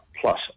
plus